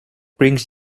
brings